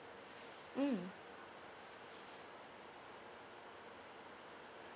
mm